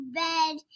bed